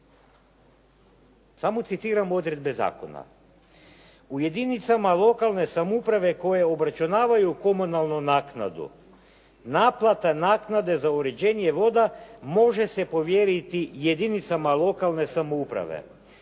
Samo citiram odredbe zakona. U jedinicama lokalne samouprave koje obračunavaju komunalnu naknadu. Naplata naknade za uređenje voda može se povjeriti jedinicama lokalne samouprave.